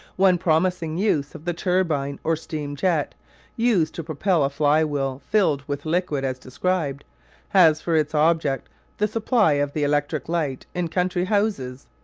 one promising use of the turbine or steam-jet used to propel a fly-wheel filled with liquid as described has for its object the supply of the electric light in country houses.